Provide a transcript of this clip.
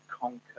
conquer